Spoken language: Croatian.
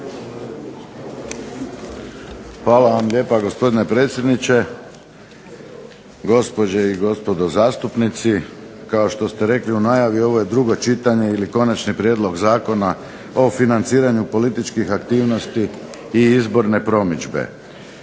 Hvala vam lijepa gospodine predsjedniče, gospođe i gospodo zastupnici. Kao što ste rekli u najavi ovo je drugo čitanje ili Konačni prijedlog Zakona o financiranju političkih aktivnosti i izborne promidžbe.